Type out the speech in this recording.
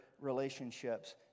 relationships